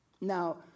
Now